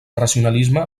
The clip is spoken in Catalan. racionalisme